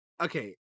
Okay